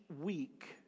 week